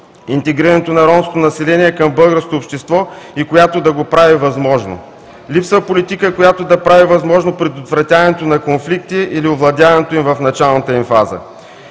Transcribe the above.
интегрирането на ромското население към българското общество, и която да го прави възможно. Липсва политика, която да прави възможно предотвратяването на конфликти или овладяването им в начална им фаза.